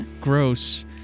gross